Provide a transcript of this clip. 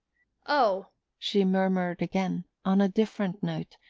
oh she murmured again, on a different note,